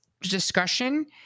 discussion